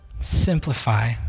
simplify